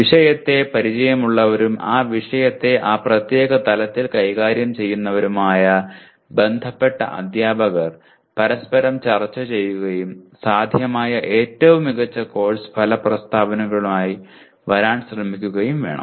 വിഷയത്തെ പരിചയമുള്ളവരും ആ വിഷയത്തെ ആ പ്രത്യേക തലത്തിൽ കൈകാര്യം ചെയ്യുന്നവരുമായ ബന്ധപ്പെട്ട അധ്യാപകർ പരസ്പരം ചർച്ച ചെയ്യുകയും സാധ്യമായ ഏറ്റവും മികച്ച കോഴ്സ് ഫല പ്രസ്താവനകളുമായി വരാൻ ശ്രമിക്കുകയും വേണം